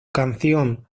canción